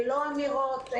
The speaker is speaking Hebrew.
ללא אמירות.